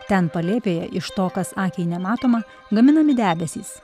ten palėpėje iš to kas akiai nematoma gaminami debesys